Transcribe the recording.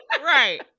Right